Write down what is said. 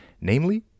namely